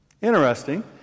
Interesting